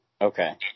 Okay